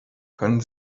können